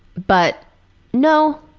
but no,